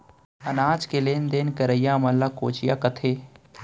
अनाज के लेन देन करइया मन ल कोंचिया कथें